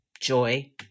joy